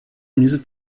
music